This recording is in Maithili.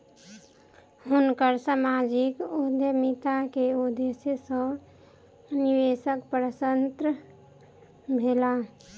हुनकर सामाजिक उद्यमिता के उदेश्य सॅ निवेशक प्रसन्न भेला